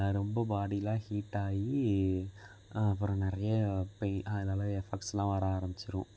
ரொம்ப பாடிலாம் ஹீட்டாகி அப்புறம் நிறைய போய் அதனால எஃபக்ட்ஸ்லாம் வர ஆரமிச்சிடும்